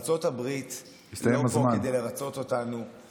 ארצות הברית לא פה כדי לרצות אותנו.